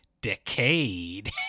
decade